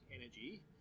energy